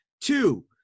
Two